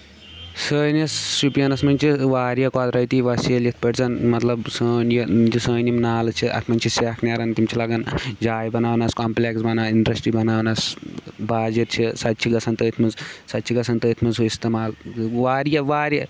سٲنِس شپینس منٛز چھِ واریاہ قۄدرٔتی وَسٲیِل یِتھ پٲٹھۍ زَن مطلب سٲنۍ یہِ سٲنۍ یِم نالہٕ چھِ اَتھ منٛز چھِ سیٚکھ نیران تِم چھِ لگان جاے بَناونَس کَمپٕلیٚکٕس بَناونَس اِنٛڈسٹری بَناونَس باجِر چھِ سۄ تہِ چھِ گژھان تٔتھۍ منٛز سۄ تہِ چھِ گژھان تٔتھۍ منٛز استعمال واریاہ واریاہ